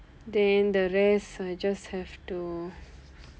then the rest I just have to